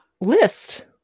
List